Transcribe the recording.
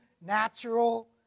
natural